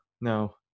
no